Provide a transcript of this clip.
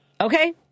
Okay